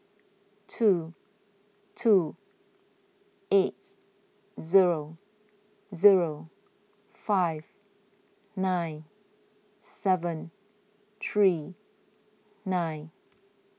two two eight zero zero five nine seven three nine